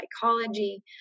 psychology